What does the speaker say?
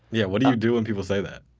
yeah, what do you do when people say that?